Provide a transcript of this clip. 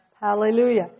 Hallelujah